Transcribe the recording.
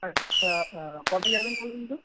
আচ্ছা কবে যাবেন বলুন তো